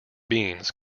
beans